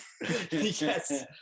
yes